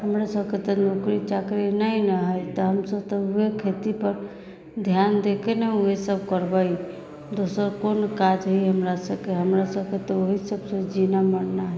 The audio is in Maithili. हमरासभके तऽ नौकरी चाकरी नहि ने हइ तऽ हमसभ तऽ उएह खेतीपर ध्यान दैके ने उएहसभ करबै दोसर कोन काज अछि हमरासभके हमरासभके तऽ ओहीसँ जीना मरना हइ